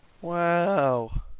Wow